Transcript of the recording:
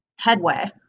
headway